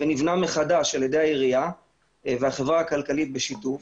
ונבנה מחדש על ידי העירייה והחברה הכלכלית בשיתוף,